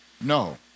No